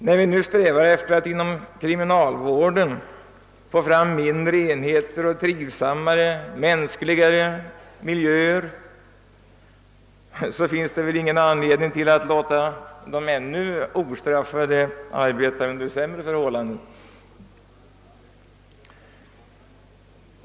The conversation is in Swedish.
När vi nu strävar efter att inom kriminalvården få fram mindre enheter och trivsammare och mänskligare miljöer, så finns det väl ingen anledning att låta de ännu ostraffade arbeta under sämre förhållanden.